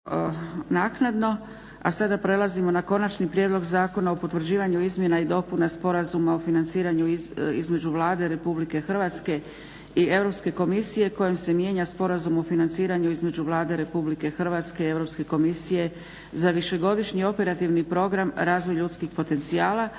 (SDP)** a sada prelazimo na - Konačni prijedlog Zakona o potvrđivanju izmjena i dopuna Sporazuma o financiranju između Vlade Republike Hrvatske i Europske komisije kojim se mijenja Sporazum o financiranju između Vlade Republike Hrvatske i Europske komisije za višegodišnji operativni program "Razvoj ljudskih potencijala"